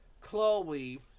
Chloe